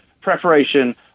preparation